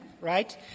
right